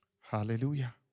Hallelujah